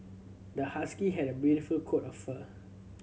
the husky had a beautiful coat of fur